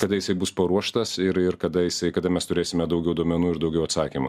kada jisai bus paruoštas ir ir kada jisai kada mes turėsime daugiau duomenų ir daugiau atsakymų